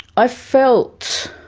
i felt